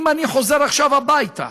אם אני חוזר עכשיו הביתה,